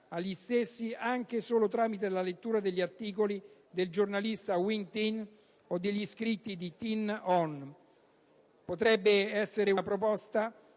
agli stessi anche solo tramite la lettura degli articoli del giornalista Win Tin o degli scritti di Tin Oo. Questa potrebbe essere una proposta